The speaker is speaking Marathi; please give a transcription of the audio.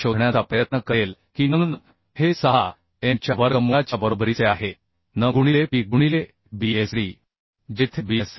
हे शोधण्याचा प्रयत्न करेल की n हे 6M च्या वर्गमूळाच्या बरोबरीचे आहे n गुणिले P गुणिले Bsd जेथे Bsd